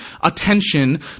attention